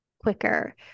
quicker